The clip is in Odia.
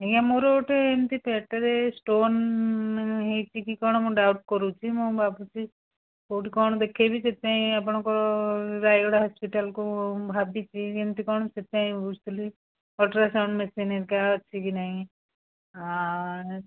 ଆଜ୍ଞା ମୋର ଗୋଟେ ଏମିତି ପେଟରେ ଷ୍ଟୋନ୍ ହେଇଛି କି କ'ଣ ମୁଁ ଡାଉଟ କରୁଛି ମୁଁ ଭାବୁଛି କେଉଁଠି କ'ଣ ଦେଖେଇବି ସେଥିପାଇଁ ଆପଣଙ୍କ ରାୟଗଡ଼ା ହସ୍ପିଟାଲକୁ ଭାବିଛି କେମିତି କ'ଣ ସେଥିପାଇଁ ବୁଝୁଥିଲି ଅଲ୍ଟ୍ରାସାଉଣ୍ଡ ମେସିନ୍ ହେରିକା ଅଛିକି ନାହିଁ ଆଏ